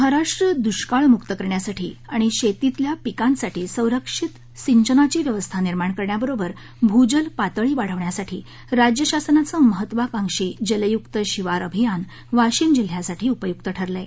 महाराष्ट्र दुष्काळमुक्त करण्यासाठी आणि शेतीतील पिकांसाठी संरक्षित सिंचनाची व्यवस्था निर्माण करण्याबरोबर भूजल पातळी वाढविण्यासाठी राज्य शासनाचं महत्वकांक्षी जलयूक्त शिवार अभियान वाशिम जिल्हयासाठी उपयूक्त ठरल आहे